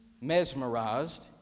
mesmerized